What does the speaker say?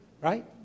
right